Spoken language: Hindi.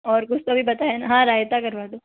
और कुछ तो अभी बताया ना हाँ रायता करवा दो